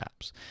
apps